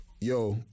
Yo